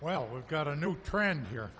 well we've got a new trend here